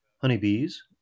honeybees